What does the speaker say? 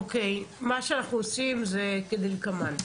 אוקיי, מה שאנחנו עושים זה כדלקמן.